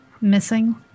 missing